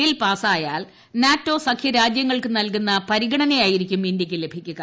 bill പാസായാൽ NATO സഖ്യ രാജ്യങ്ങൾക്ക് നൽകുന്ന പരിഗണനയായിരിക്കും ഇന്ത്യയ്ക്ക് ലഭിക്കുക